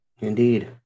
Indeed